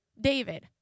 David